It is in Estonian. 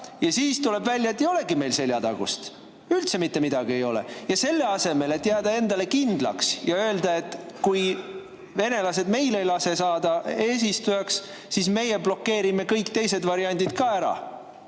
ja siis tuleb välja, et ei olegi meil seljatagust, üldse mitte midagi ei ole. Selle asemel, et jääda endale kindlaks ja öelda, et kui venelased ei lase meil eesistujaks saada, siis meie blokeerime kõik teised variandid ka ära,